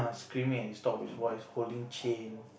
screaming at his top of his voice holding chain